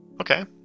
okay